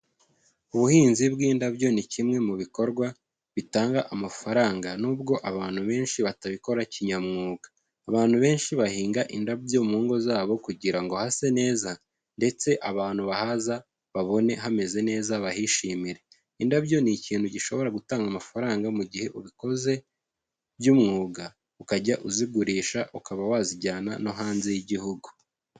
Ubuhinzi bw'indabyo ni kimwe mu bikorwa bitanga amafaranga nubwo abantu benshi batabikora kinyamwuga. Abantu benshi bahinga indabyo mu ngo zabo kugira ngo hase neza ndetse abantu bahaza babone hameze neza, bahishimire. Indabyo ni ikintu gishobora gutanga amafaranga mu gihe ubikoze by'umwuga, ukajya uzigurisha, ukaba wazijyana no hanze y'igihugu.